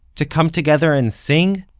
to come together and sing?